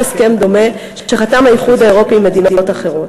הסכם דומה שחתם האיחוד האירופי עם מדינות אחרות.